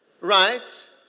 right